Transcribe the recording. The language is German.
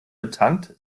betankt